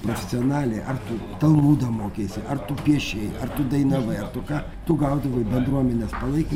profesionaliai ar tu talmudo mokeisi ar tu piešei ar tu dainavai ar tu ką tu gaudavai bendruomenės palaikymą